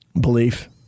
Belief